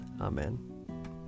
Amen